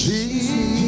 Jesus